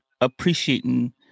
appreciating